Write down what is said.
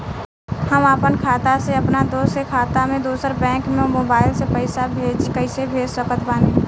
हम आपन खाता से अपना दोस्त के खाता मे दोसर बैंक मे मोबाइल से पैसा कैसे भेज सकत बानी?